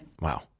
Wow